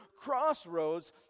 crossroads